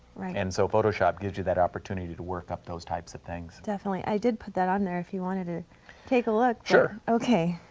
right. and so photoshop gives you that opportunity to work up those types of things. definitely. i did put that on there if you wanted to take a look. okay.